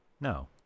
No